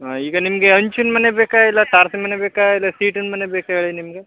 ಹಾಂ ಈಗ ನಿಮಗೆ ಹಂಚಿನ ಮನೆ ಬೇಕಾ ಇಲ್ಲಾ ತಾರಸಿ ಮನೆ ಬೇಕಾ ಇಲ್ಲಾ ಸೀಟಿನ ಮನೆ ಬೇಕಾ ಹೇಳಿ ನಿಮಗೆ